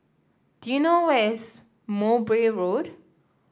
do you know where is Mowbray Road